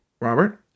Robert